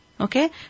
Okay